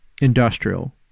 industrial